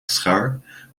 schaar